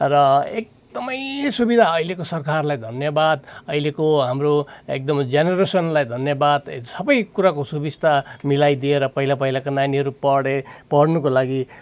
र एकदमै सुविधा अहिलेको सरकारलाई धन्यवाद अहिलेको हाम्रो एकदमै जेनरेसनलाई धन्यवाद सबै कुराको सुविस्ता मिलाइदिएर पहिला पहिलाको नानीहरू पढे पढ्नुको लागि